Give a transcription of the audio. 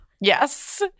Yes